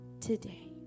today